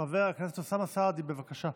חבר הכנסת אוסאמה סעדי, בבקשה.